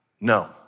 No